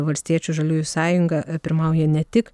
valstiečių žaliųjų sąjunga pirmauja ne tik